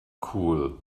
cool